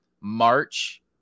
March